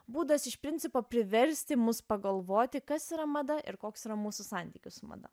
būdas iš principo priversti mus pagalvoti kas yra mada ir koks yra mūsų santykis su mada